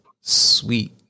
sweet